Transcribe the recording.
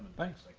thanks like